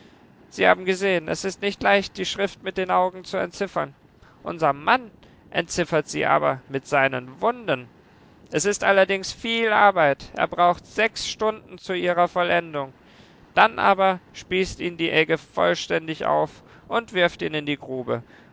sie haben gesehen es ist nicht leicht die schrift mit den augen zu entziffern unser mann entziffert sie aber mit seinen wunden es ist allerdings viel arbeit er braucht sechs stunden zu ihrer vollendung dann aber spießt ihn die egge vollständig auf und wirft ihn in die grube